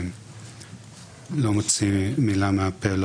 לא מוציא מילה מהפה,